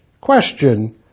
Question